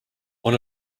one